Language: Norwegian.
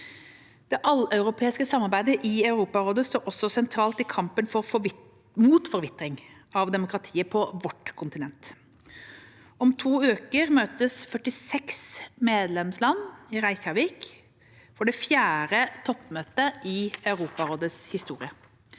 Det alleuropeiske samarbeidet i Europarådet står også sentralt i kampen mot forvitring av demokratiet på vårt kontinent. Om to uker møtes 46 medlemsland i Reykjavik for det fjerde toppmøtet i Europarådets historie.